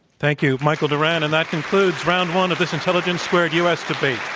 thank you, michael doran. and that concludes round one of this intelligence squared u. s. debate,